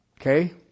okay